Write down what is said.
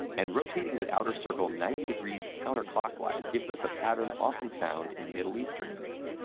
and rotating the outer circle ninety degrees counterclockwise gives us a pattern often found in middle eastern music,